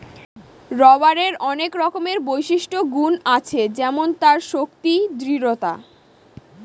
রবারের আনেক রকমের বিশিষ্ট গুন আছে যেমন তার শক্তি, দৃঢ়তা